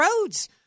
roads